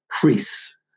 priests